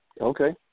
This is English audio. Okay